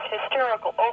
hysterical